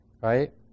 right